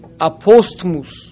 Apostmus